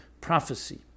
prophecy